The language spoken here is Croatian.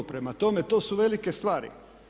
Prema tome, to su velike stvari.